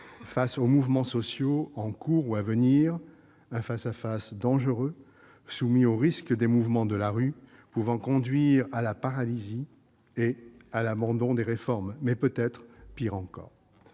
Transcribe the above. face aux mouvements sociaux en cours ou à venir. Un tel face-à-face est dangereux, soumis au risque inhérent aux mouvements de la rue, celui de conduire à la paralysie et à l'abandon des réformes, et, peut-être, à pire encore.